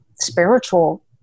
spiritual